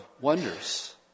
wonders